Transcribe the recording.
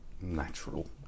natural